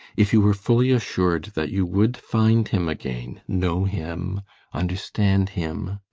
if you were fully assured that you would find him again know him understand him?